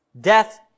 Death